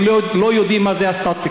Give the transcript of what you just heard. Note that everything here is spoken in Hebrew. הם לא יודעים מה זה הסטטוס-קוו.